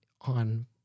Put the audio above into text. on